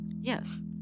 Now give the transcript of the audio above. Yes